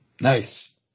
Nice